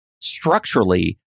structurally